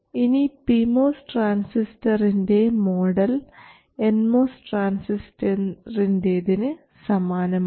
ഇനി P MOS ട്രാൻസിസ്റ്ററിൻറെ model N MOS ട്രാൻസിസ്റ്ററിൻറെതിന് സമാനമാണ്